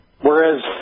Whereas